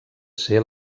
ser